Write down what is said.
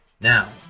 Now